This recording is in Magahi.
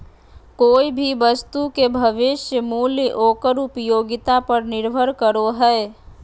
कोय भी वस्तु के भविष्य मूल्य ओकर उपयोगिता पर निर्भर करो हय